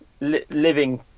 living